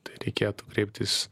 tai reikėtų kreiptis